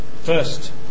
first